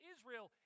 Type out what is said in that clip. Israel